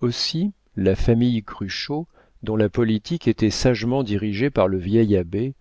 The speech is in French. aussi la famille cruchot dont la politique était sagement dirigée par le vieil abbé